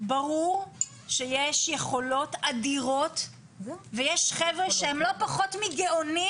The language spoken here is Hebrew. ברור שיש יכולות אדירות ויש חברה שהם לא פחות מגאונים